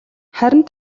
харин